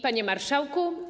Panie Marszałku!